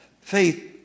faith